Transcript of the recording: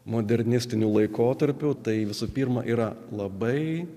modernistiniu laikotarpiu tai visų pirma yra labai